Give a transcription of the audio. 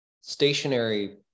stationary